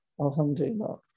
Alhamdulillah